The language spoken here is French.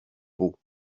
beau